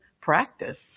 practice